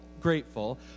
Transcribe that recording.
grateful